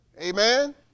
Amen